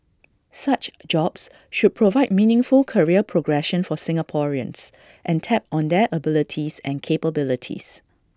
such jobs should provide meaningful career progression for Singaporeans and tap on their abilities and capabilities